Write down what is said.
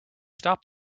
stop